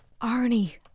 Arnie